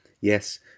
yes